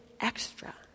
extra